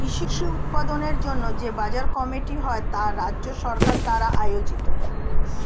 কৃষি উৎপাদনের জন্য যে বাজার কমিটি হয় তা রাজ্য সরকার দ্বারা আয়োজিত